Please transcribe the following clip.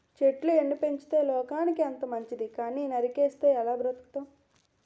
చెట్లు ఎన్ని పెంచితే లోకానికి అంత మంచితి కానీ నరికిస్తే ఎలా బతుకుతాం?